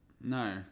No